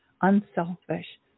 unselfish